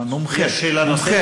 מומחה.